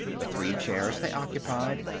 the three chairs they occupied,